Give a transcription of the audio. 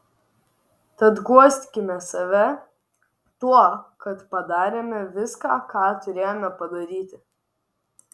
tad guoskime save tuo kad padarėme viską ką turėjome padaryti